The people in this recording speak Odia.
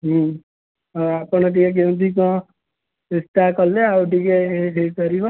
ହଁ ଆପଣ ଟିକେ କେମିତି କଣ ଚେଷ୍ଟା କଲେ ଆଉ ଟିକେ ହେଇପାରିବ